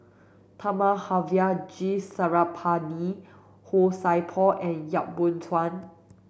Thamizhavel G Sarangapani Han Sai Por and Yap Boon Chuan